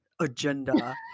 agenda